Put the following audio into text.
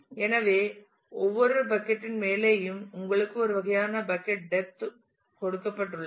எனவே ஒவ்வொரு பக்கட் இன் மேலேயும் உங்களுக்கு ஒரு வகையான பக்கட் டெப்த் கொடுக்கப்பட்டுள்ளது